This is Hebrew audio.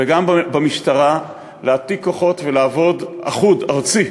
וגם במשטרה, להעתיק כוחות ולעבוד אחוד, ארצי,